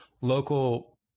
local